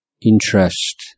interest